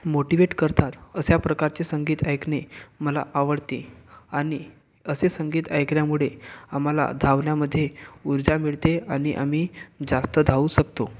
motivate करतात अशा प्रकारचे संगीत ऐकणे मला आवडते आणि असे संगीत ऐकल्यामुळे आम्हाला धावण्यामध्ये ऊर्जा मिळते आणि आम्ही जास्त धावू शकतो